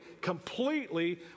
completely